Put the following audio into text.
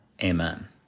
Amen